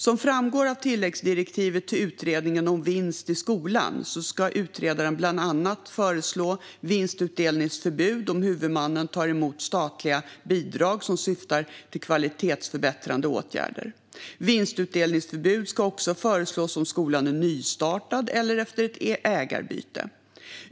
Som framgår av tilläggsdirektivet till Utredningen om vinst i skolan ska utredaren bland annat föreslå vinstutdelningsförbud om huvudmannen tar emot statliga bidrag som syftar till kvalitetsförbättrande åtgärder. Vinstutdelningsförbud ska också föreslås om skolan är nystartad eller efter ägarbyte.